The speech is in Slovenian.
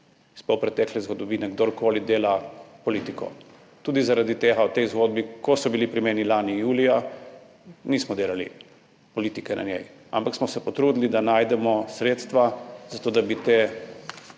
iz polpretekle zgodovine kdorkoli dela politiko. Tudi zaradi tega v tej zgodbi, ko so bili pri meni lani julija, nismo delali politike na njej, ampak smo se potrudili, da najdemo sredstva za to, da bi te